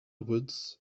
woods